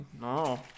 No